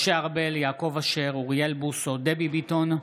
משה ארבל, יעקב אשר, אוריאל בוסו, דבי ביטון,